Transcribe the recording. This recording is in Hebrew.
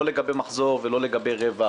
לא לגבי מחזור ולא לגבי רווח,